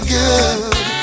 good